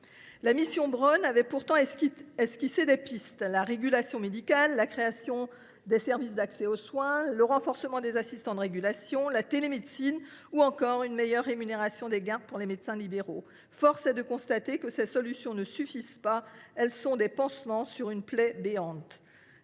La mission Braun avait pourtant esquissé des pistes : la régulation médicale, la création des services d’accès aux soins (SAS), le renforcement des assistants de régulation, la télémédecine, ou encore une meilleure rémunération des gardes pour les médecins libéraux. Force est de constater que ces solutions ne suffisent pas : elles sont des pansements sur une plaie béante.